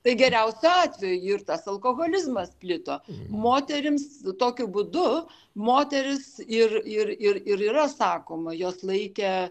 tai geriausiu atveju ir tas alkoholizmas plito moterims tokiu būdu moterys ir ir ir ir ir yra sakoma jos laikė